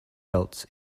belts